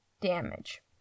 damage